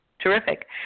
terrific